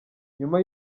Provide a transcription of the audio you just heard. nyuma